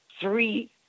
three